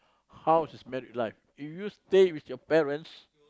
how is his married life if you stay with you stay with your parents